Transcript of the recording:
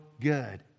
good